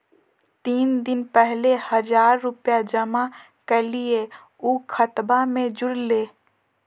तीन दिन पहले हजार रूपा जमा कैलिये, ऊ खतबा में जुरले?